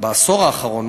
בעשור האחרון,